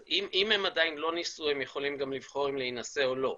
אם הם עדיין לא נישאו הם יכולים גם לבחור להינשא או לא.